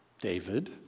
David